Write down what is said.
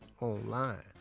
online